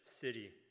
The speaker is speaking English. city